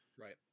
right